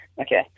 Okay